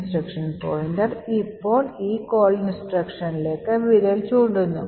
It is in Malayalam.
ഇൻസ്ട്രക്ഷൻ പോയിന്റർ ഇപ്പോൾ ഈ call instructionലേക്ക് വിരൽ ചൂണ്ടുന്നു